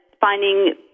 finding